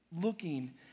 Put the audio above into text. looking